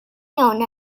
known